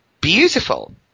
beautiful